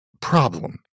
problem